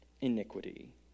iniquity